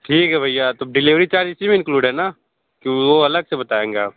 ठीक है भैया तो डिलिवरी चार्ज इसी में इन्क्लूड है ना कि वो अलग से बताएंगे आप